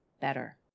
better